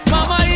Mama